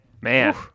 Man